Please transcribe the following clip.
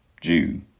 Jew